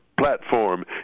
platform